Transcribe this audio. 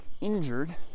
injured